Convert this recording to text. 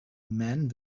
man